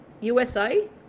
USA